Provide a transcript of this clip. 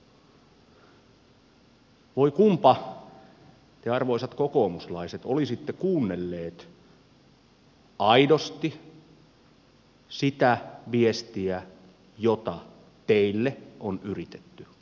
voi kunpa te arvoisat kokoomuslaiset olisitte kuunnelleet aidosti sitä viestiä jota teille on yritetty kertoa